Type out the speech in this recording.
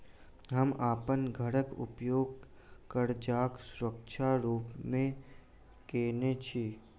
हम अप्पन घरक उपयोग करजाक सुरक्षा रूप मेँ केने छी